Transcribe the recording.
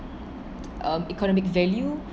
um economic value